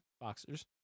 Boxers